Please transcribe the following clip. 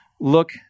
look